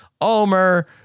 Omer